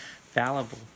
Fallible